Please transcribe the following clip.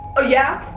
oh yeah?